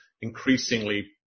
increasingly